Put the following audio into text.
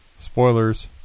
Spoilers